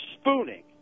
spooning